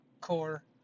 core